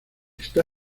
está